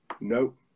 nope